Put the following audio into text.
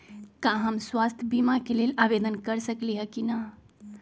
का हम स्वास्थ्य बीमा के लेल आवेदन कर सकली ह की न?